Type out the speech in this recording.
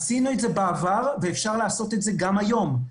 עשינו את זה בעבר, ואפשר לעשות את זה גם היום.